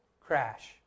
crash